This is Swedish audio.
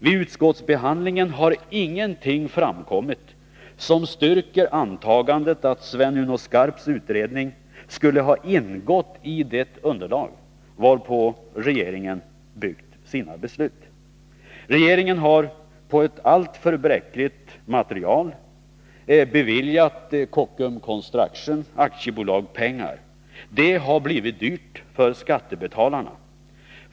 Vid utskottsbehandlingen har ingenting framkommit som styrker antagandet att Sven Uno Skarps utredning skulle ha ingått i det underlag varpå regeringen byggt sina beslut. Regeringen har på ett alltför bräckligt material beviljat Kockums Construction AB pengar. Det har blivit dyrt för skattebetalarna.